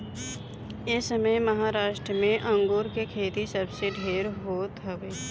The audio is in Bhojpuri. एसमय महाराष्ट्र में अंगूर के खेती सबसे ढेर होत हवे